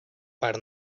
per